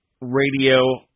radio